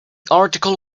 article